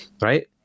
right